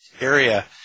area